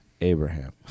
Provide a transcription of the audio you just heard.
abraham